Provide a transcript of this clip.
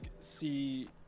see